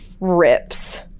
rips